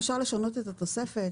אפשר לשנות את התוספת,